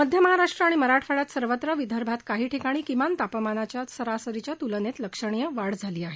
मध्य महाराष्ट्र आणि मराठवाडयात सर्वत्र तर विदर्भात काही ठिकाणी किमान तापमानात सरासरीच्या तुलनेत लक्षणीय वाढ झाली आहे